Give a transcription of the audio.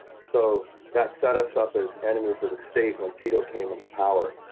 so that set us up as enemies of the state when tito came into power